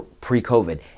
pre-COVID